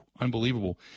Unbelievable